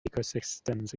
ecosystems